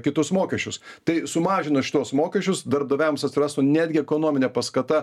kitus mokesčius tai sumažinus šituos mokesčius darbdaviams atsirastų netgi ekonominė paskata